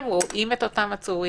הם רואים את אותם עצורים,